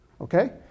Okay